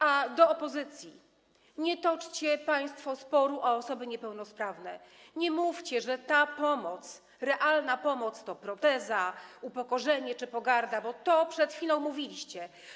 A do opozycji: nie toczcie państwo sporu o osoby niepełnosprawne, nie mówcie, że ta pomoc, realna pomoc, to proteza, upokorzenie czy pogarda, bo to przed chwilą mówiliście.